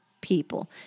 people